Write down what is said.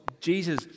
Jesus